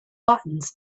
buttons